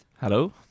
Hello